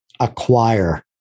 Acquire